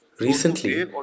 Recently